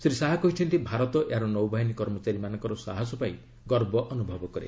ଶ୍ରୀ ଶାହା କହିଛନ୍ତି ଭାରତ ଏହାର ନୌବାହିନୀ କର୍ମଚାରୀମାନଙ୍କର ସାହସ ପାଇଁ ଗର୍ବ ଅନୁଭବ କରେ